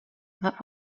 that